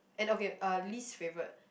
and okay uh least favourite